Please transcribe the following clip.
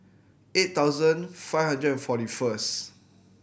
eight thousand five hundred and forty first